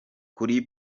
kuri